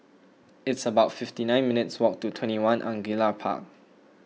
it's about fifty nine minutes' walk to twenty one Angullia Park